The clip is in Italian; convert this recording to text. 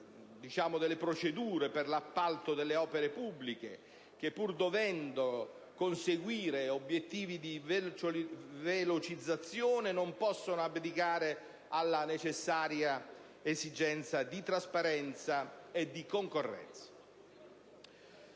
sulle procedure per l'appalto delle opere pubbliche che, pur dovendo conseguire obiettivi di velocizzazione, non possono abdicare alla necessaria esigenza di trasparenza e di concorrenza.